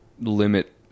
limit